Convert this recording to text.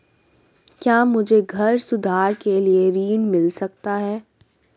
क्या मुझे घर सुधार के लिए ऋण मिल सकता है?